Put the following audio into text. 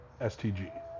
STG